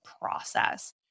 process